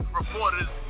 reporters